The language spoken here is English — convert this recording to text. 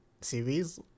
series